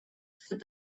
said